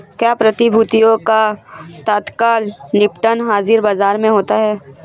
क्या प्रतिभूतियों का तत्काल निपटान हाज़िर बाजार में होता है?